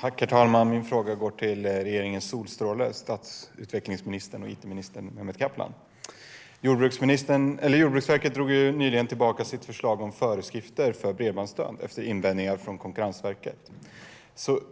Herr talman! Min fråga går till regeringens solstråle, stadsutvecklings och it-ministern Mehmet Kaplan. Jordbruksverket drog nyligen tillbaka sitt förslag om föreskrifter för bredbandsstöd efter invändningar från Konkurrensverket.